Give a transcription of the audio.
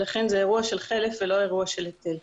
לכן זה אירוע של חלף ולא של היטל.